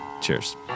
cheers